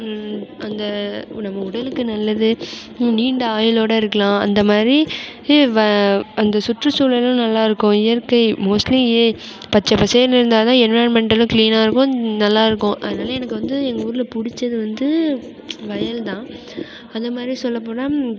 அந்த நம்ம உடலுக்கு நல்லது நீண்ட ஆயுளோடு இருக்கலாம் அந்த மாதிரி அந்த சுற்று சூழலும் நல்லாயிருக்கும் இயற்கை மோஸ்ட்லி பச்சை பசேல்னு இருந்தால்தான் என்விரான்மென்டலும் க்ளீனாக இருக்கும் நல்லாயிருக்கும் அதனால எனக்கு வந்து எங்கூரில் பிடிச்சது வந்து வயல்தான் அது மாதிரி சொல்ல போனால்